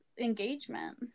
engagement